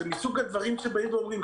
זה מסוג הדברים שאומרים,